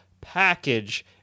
package